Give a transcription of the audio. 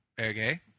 okay